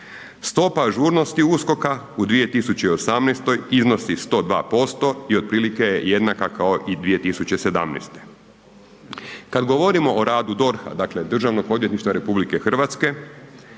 Stopa ažurnosti USKOK-a u 2018. iznosi 102% i otprilike je jednaka kao i 2017. Kad govorimo o radu DORH-a, dakle Državnog odvjetništva RH, taj rad